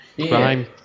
Crime